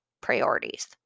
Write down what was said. priorities